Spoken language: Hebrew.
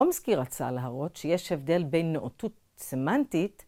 חומסקי רצה להראות שיש הבדל בין נאותות סמנטית